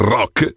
rock